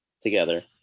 Together